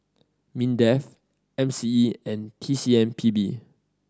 MINDEF M C E and T C M P B